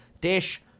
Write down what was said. Dish